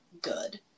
good